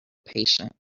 patient